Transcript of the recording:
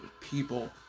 people